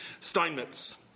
Steinmetz